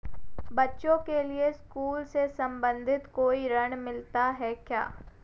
बच्चों के लिए स्कूल से संबंधित कोई ऋण मिलता है क्या?